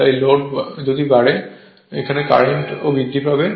যদি লোড বাড়ে ∅ কারেন্টে ও বৃদ্ধি পায়